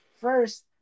first